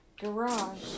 garage